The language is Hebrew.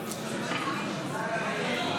42